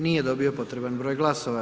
Nije dobio potreban broj glasova.